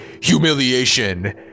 humiliation